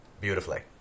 beautifully